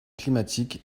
climatique